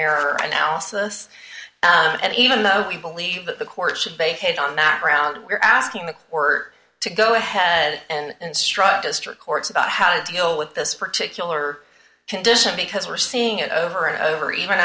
error analysis and even though we believe that the court should behave on that ground we're asking that or to go ahead and instruct district courts about how to deal with this particular condition because we're seeing it over and over even